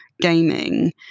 gaming